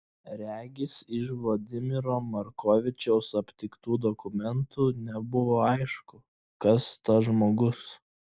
regis iš vladimiro markovičiaus aptiktų dokumentų nebuvo aišku kas tas žmogus